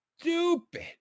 stupid